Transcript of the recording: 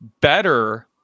better